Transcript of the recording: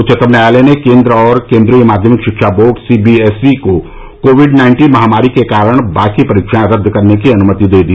उच्चतम न्यायालय ने केन्द्र और केन्द्रीय माध्यमिक शिक्षा बोर्ड सीबीएसई को कोविड नाइन्टीन महामारी के कारण बाकी परीक्षाएं रद्द करने की अनुमति दे दी